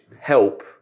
help